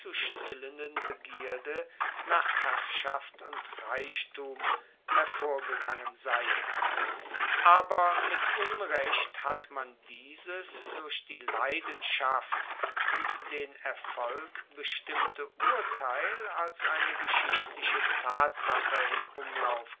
stillenden begierde nach herrschaft und reichtum hervorgegangen seien aber mit unrecht hat man dieses durch die leidenschaft und den erfolg bestimmte urteil als eine geschichtliche tatsache in umlauf